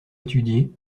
étudier